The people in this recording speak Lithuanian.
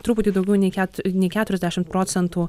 truputį daugiau nei ketu nei keturiasdešim procentų